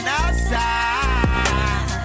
outside